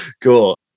Cool